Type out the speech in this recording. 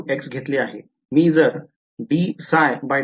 बरोबर समजा मी x घेतले आहे